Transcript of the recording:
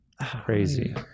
Crazy